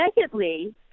Secondly